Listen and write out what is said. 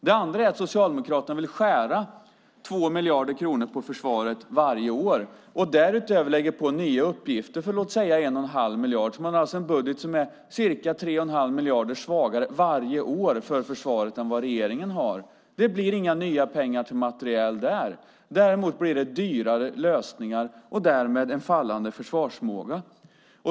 Den andra frågan är att Socialdemokraterna vill skära ned 2 miljarder kronor på försvaret varje år och därutöver lägga på nya uppgifter för låt oss säga 1 1⁄2 miljard. De har alltså en budget för försvaret som är ca 3 1⁄2 miljard svagare varje år än den regeringen har. Det blir inga nya pengar till materiel där. Däremot blir det dyrare lösningar och därmed en fallande försvarsförmåga.